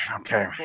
Okay